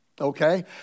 Okay